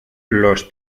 los